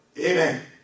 Amen